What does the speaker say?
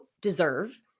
deserve